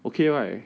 okay right